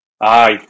Aye